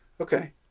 Okay